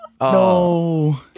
No